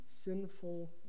sinful